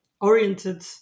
oriented